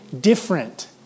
different